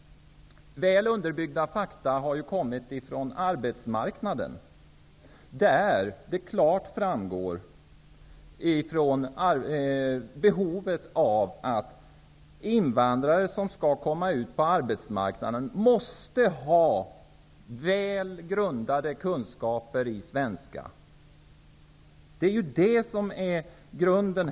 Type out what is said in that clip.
Väl underbyggda fakta har kommit från arbetsmarknaden. Det framgår klart att invandrare som skall komma ut på arbetsmarknaden måste ha goda kunskaper i svenska. Det är ju detta som är grunden.